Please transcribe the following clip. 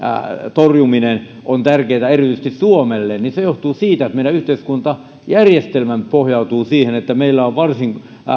torjuminen on tärkeätä erityisesti suomelle johtuu siitä että meidän yhteiskuntajärjestelmämme pohjautuu siihen että meillä on varsin